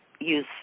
use